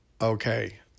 Okay